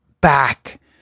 back